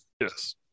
yes